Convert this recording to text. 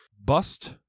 Bust